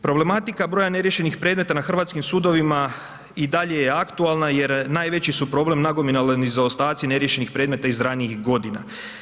Problematika broja neriješenih predmeta na hrvatskim sudovima i dalje je aktualna jer najveći su problem nagomilani zaostaci neriješenih predmeta iz ranijih godina.